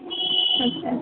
अच्छा